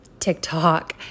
TikTok